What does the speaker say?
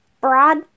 broad